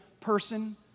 person